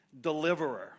deliverer